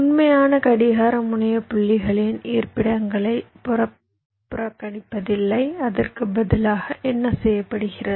உண்மையான கடிகார முனைய புள்ளிகளின் இருப்பிடங்களை புறக்கணிப்பதில்லை அதற்கு பதிலாக என்ன செய்யப்படுகிறது